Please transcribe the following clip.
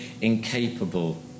incapable